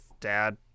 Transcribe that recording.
dad